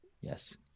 yes